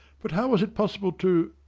but how was it possible to?